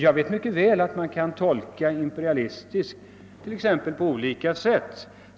Jag vet mycket väl att uttrycket imperialistisk kan tolkas på olika sätt.